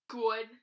good